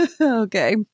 Okay